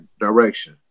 direction